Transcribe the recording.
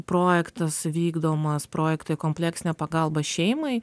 projektas vykdomas projektai kompleksinė pagalba šeimai